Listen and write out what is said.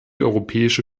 europäische